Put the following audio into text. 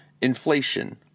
Inflation